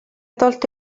tolto